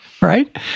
Right